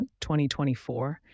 2024